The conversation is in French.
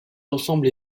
ensemble